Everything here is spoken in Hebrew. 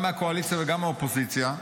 גם מהקואליציה וגם מהאופוזיציה,